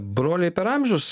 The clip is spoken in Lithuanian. broliai per amžius